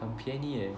很便宜 leh